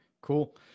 cool